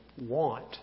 want